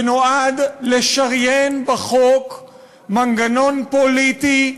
שנועד לשריין בחוק מנגנון פוליטי,